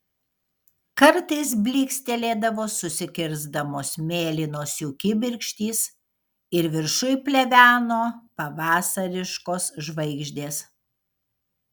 kartais blykstelėdavo susikirsdamos mėlynos jų kibirkštys ir viršuj pleveno pavasariškos žvaigždės